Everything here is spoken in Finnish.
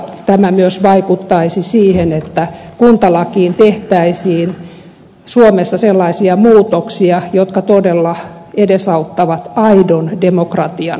tämä myös vaikuttaisi siihen että kuntalakiin tehtäisiin suomessa sellaisia muutoksia jotka todella edesauttavat aidon demokratian toteutumista